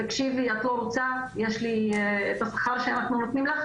תקשיבי, את לא רוצה את השכר שאנחנו נותנים לך?